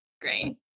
great